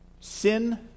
Sin